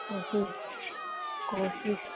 کوشش کوشش